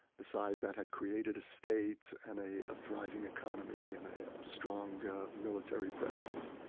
the side that had created a state and a a thriving economy and a strong military presence,